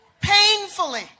Painfully